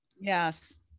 yes